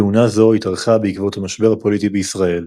כהונה זו התארכה בעקבות המשבר הפוליטי בישראל.